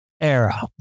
era